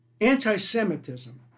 anti-Semitism